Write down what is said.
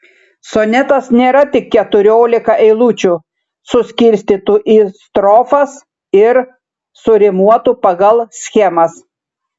sonetas nėra tik keturiolika eilučių suskirstytų į strofas ir surimuotų pagal schemas